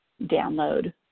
download